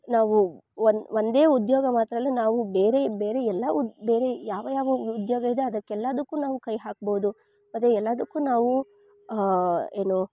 ನಾವು ಒಂದೇ ಉದ್ಯೋಗ ಮಾತ್ರ ಅಲ್ಲ ನಾವು ಬೇರೆ ಬೇರೆ ಎಲ್ಲ ಉದ್ ಬೇರೆ ಯಾವ ಯಾವ ಉದ್ಯೋಗ ಇದೆ ಅದಕ್ಕೆಲ್ಲಾದಕ್ಕೂ ನಾವು ಕೈ ಹಾಕ್ಬೌದು ಮತ್ತು ಎಲ್ಲದಕ್ಕೂ ನಾವು ಏನು